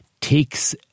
takes